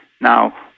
Now